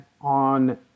on